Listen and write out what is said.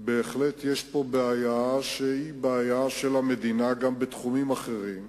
בהחלט יש פה בעיה שהיא בעיה של המדינה גם בתחומים אחרים,